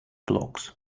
blocks